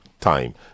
time